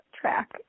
track